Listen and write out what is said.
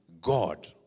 God